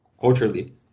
culturally